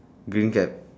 green cap